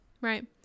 Right